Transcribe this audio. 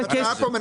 אמרתי את זה.